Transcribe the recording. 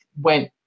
went